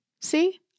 See